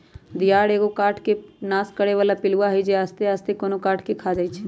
दियार एगो काठ के नाश करे बला पिलुआ हई जे आस्ते आस्ते कोनो काठ के ख़ा जाइ छइ